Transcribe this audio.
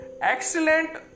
excellent